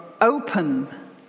open